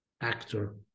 actor